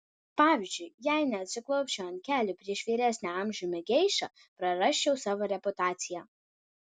pavyzdžiui jei neatsiklaupčiau ant kelių prieš vyresnę amžiumi geišą prarasčiau savo reputaciją